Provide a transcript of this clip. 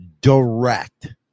direct